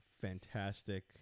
fantastic